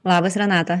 labas renata